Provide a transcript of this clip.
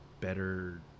better